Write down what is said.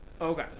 Okay